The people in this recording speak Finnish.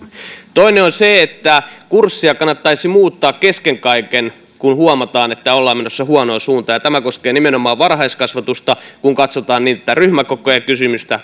toinen on se että kurssia kannattaisi muuttaa kesken kaiken kun huomataan että ollaan menossa huonoon suuntaan ja tämä koskee nimenomaan varhaiskasvatusta kun katsotaan niin tätä ryhmäkokojen kysymystä